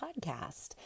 podcast